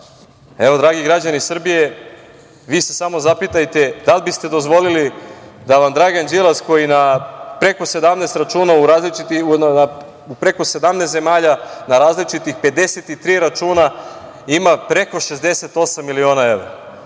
sredstava. Dragi građani Srbije, vi se samo zapitajte da li biste dozvolili da vam Dragan Đilas, koji na preko 17 računa, u preko 17 zemalja na različita 53 računa ima preko 68 miliona evra.